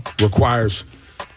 requires